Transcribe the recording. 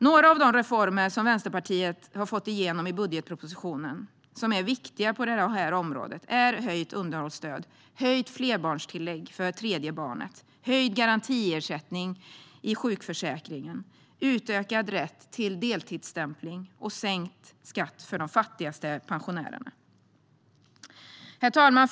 Några av de reformer som Vänsterpartiet har fått igenom i budgetpropositionen och som är viktiga på det här området är höjt underhållsstöd, höjt flerbarnstillägg för tredje barnet, höjd garantiersättning i sjukförsäkringen, utökad rätt till deltidsstämpling och sänkt skatt för de fattigaste pensionärerna. Herr talman!